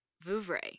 Vouvray